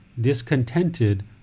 discontented